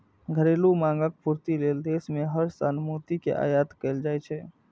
घरेलू मांगक पूर्ति लेल देश मे हर साल मोती के आयात कैल जाइ छै